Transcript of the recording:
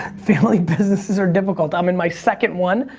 family businesses are difficult. i'm in my second one,